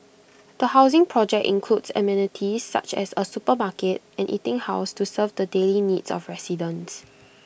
the housing project includes amenities such as A supermarket and eating house to serve the daily needs of residents